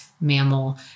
mammal